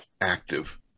active